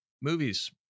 movies